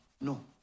No